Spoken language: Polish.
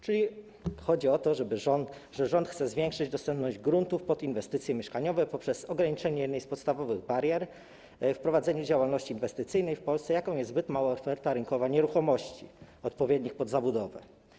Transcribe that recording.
Czyli chodzi o to, że rząd chce zwiększyć dostępność gruntów pod inwestycje mieszkaniowe poprzez ograniczenie jednej z podstawowych barier w prowadzeniu działalności inwestycyjnej w Polsce, jaką jest zbyt mała oferta rynkowa nieruchomości odpowiednich pod zabudowę.